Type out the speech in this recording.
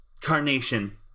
Carnation